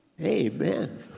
Amen